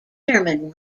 german